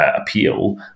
appeal